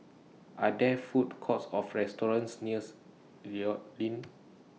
Are There Food Courts of restaurants nears Inn